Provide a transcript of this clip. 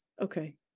Okay